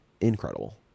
incredible